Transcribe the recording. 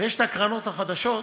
ויש הקרנות החדשות